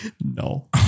No